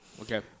Okay